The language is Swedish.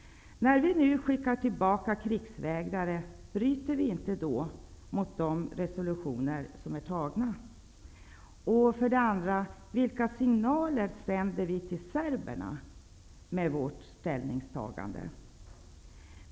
När vi nu skickar tillbaka krigsvägrare, bryter vi då inte mot de resolutioner som är antagna? Och vilka signaler sänder vi till serberna med vårt ställningstagande?